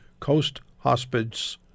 coasthospice